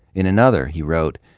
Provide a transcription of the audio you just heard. in another, he wrote,